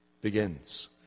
Begins